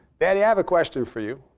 daddy, i have a question for you.